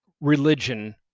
religion